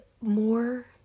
more